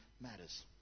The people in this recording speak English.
matters